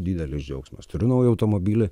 didelis džiaugsmas turiu naują automobilį